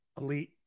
Elite